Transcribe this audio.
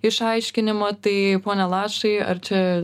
išaiškinimo tai pone lašai ar čia